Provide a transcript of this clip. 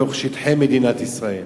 מתוך שטחי מדינת ישראל.